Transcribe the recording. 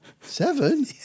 seven